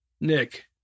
Nick